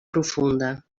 profunda